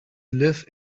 live